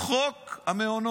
על חוק המעונות.